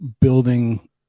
building